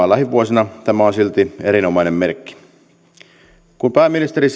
lähivuosina tämä on silti erinomainen merkki kun pääministeri